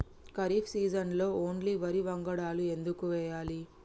ఖరీఫ్ సీజన్లో ఓన్లీ వరి వంగడాలు ఎందుకు వేయాలి?